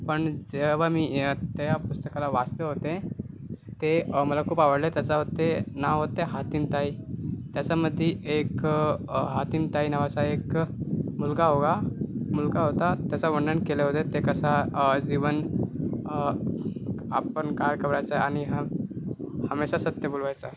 पण जेव्हा मी या त्या पुस्तकाला वाचले होते ते मला खूप आवडले त्याचा होते नाव होते हातिमताई त्याचामध्ये एक हातिमताई नावाचा एक मुलगा होता मुलगा होता त्याचा वर्णन केले होते ते कसा जीवन आपण काय करायचे आणि हा हमेशा सत्य बोलवायचा